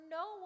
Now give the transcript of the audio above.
no